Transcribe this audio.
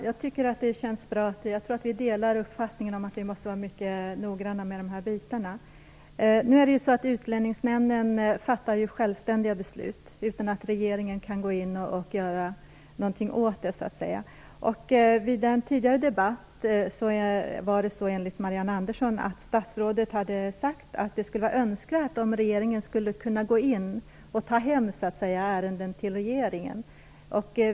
Herr talman! Det känns bra att vi delar uppfattningen om att vi måste vara mycket noggranna med de delarna. Utlänningsnämnden fattar självständiga beslut utan att regeringen kan ingripa och göra någonting åt det. Under en tidigare debatt har, enligt Marianne Andersson, statsrådet sagt att han önskade att regeringen skulle kunna gå in och ta hem ärenden till regeringen.